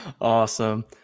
Awesome